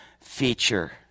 feature